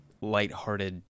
lighthearted